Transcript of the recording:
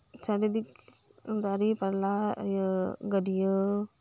ᱪᱟᱹᱨᱤᱫᱤᱠ ᱫᱟᱨᱤ ᱯᱟᱞᱦᱟ ᱤᱭᱟᱹ ᱜᱟᱹᱰᱭᱟᱹ